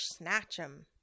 Snatchem